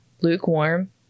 lukewarm